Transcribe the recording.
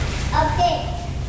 Okay